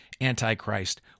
Antichrist